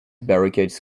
barricades